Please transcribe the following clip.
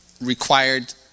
required